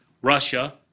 Russia